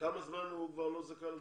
כמה זמן הוא כבר לא זכאי לדרכון?